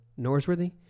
Norsworthy